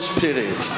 Spirit